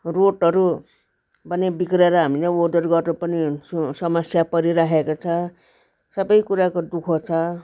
रोडहरू पनि बिग्रेर हामीले ओहोरदोहोर गर्नु पनि स समस्या परिरहेको छ सबै कुराको दु ख छ